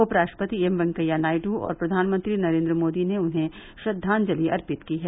उपराष्ट्रपति एम वेंकैया नायडू और प्रधानमंत्री नरेन्द्र मोदी ने उन्हें श्रद्वांजलि अर्पित की है